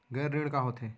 गैर ऋण का होथे?